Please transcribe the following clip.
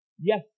Yes